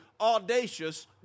audacious